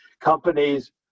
Companies